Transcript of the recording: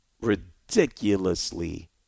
ridiculously